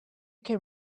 can